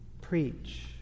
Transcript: preach